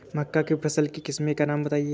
मक्का की फसल की किस्मों का नाम बताइये